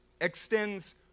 extends